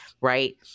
right